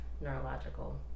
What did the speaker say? neurological